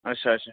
अच्छा अच्छा